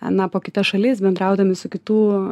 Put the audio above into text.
na po kitas šalis bendraudami su kitų